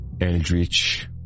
Eldritch